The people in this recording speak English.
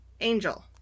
Angel